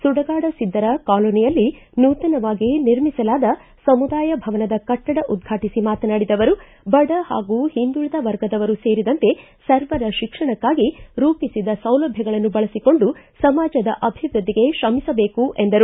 ಸುಡಗಾಡ ಸಿದ್ದರ ಕಾಲೋನಿಯಲ್ಲಿ ನೂತನವಾಗಿ ನಿರ್ಮಿಸಲಾದ ಸಮುದಾಯ ಭವನದ ಕಟ್ಟಡ ಉದ್ವಾಟಿಸಿ ಮಾತನಾಡಿದ ಅವರು ಬಡ ಪಾಗೂ ಒಂದುಳಿದ ವರ್ಗದವರು ಸೇರಿದಂತೆ ಸರ್ವರ ಶಿಕ್ಷಣಕ್ಕಾಗಿ ರೂಪಿಸಿದ ಸೌಲಭ್ಯಗಳನ್ನು ಬಳಸಿಕೊಂಡು ಸಮಾಜದ ಅಭಿವ್ಯದ್ಲಿಗೆ ಶ್ರಮಿಸಬೇಕು ಎಂದರು